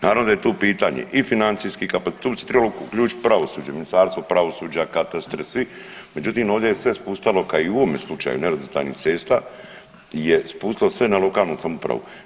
Naravno da je tu pitanje i financijskih kapa, tu se trebalo uključit pravosuđe, Ministarstvo pravosuđa, katastri, svi, međutim ovdje je sve spuštalo ka i u ovome slučaju nerazvrstanih cesta je spuštalo sve na lokalnu samoupravu.